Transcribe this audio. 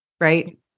right